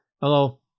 Hello